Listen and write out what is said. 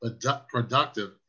productive